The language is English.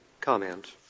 Comment